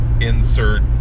insert